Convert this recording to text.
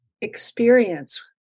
experience